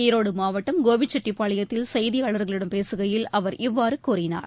ஈரோடு மாவட்டம் கோபிச்செட்டிப்பாளையத்தில் செய்தியாளர்களிடம் பேசுகையில் அவர் இவ்வாறு கூறினார்